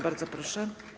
Bardzo proszę.